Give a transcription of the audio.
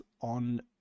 on